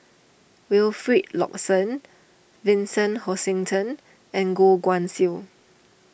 Wilfed Lawson Vincent Hoisington and Goh Guan Siew